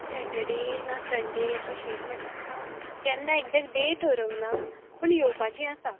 Saturday ना Sunday अशी मटल्यार केन्ना एगझेक्ट डेट थारावकना पूण येवपाचीं आसा